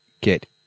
get